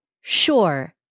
Sure